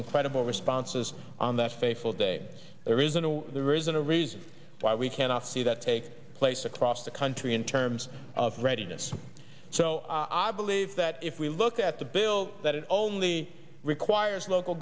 incredible responses on that fateful day there is no there isn't a reason why we cannot see that take place across the country in terms of readiness so i believe that if we look at the bill that it only requires local